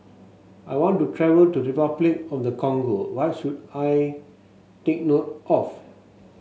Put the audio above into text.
I want to travel to Repuclic of the Congo what should I take note of